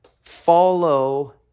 follow